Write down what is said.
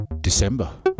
December